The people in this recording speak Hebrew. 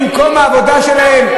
במקום העבודה שלהם?